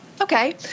Okay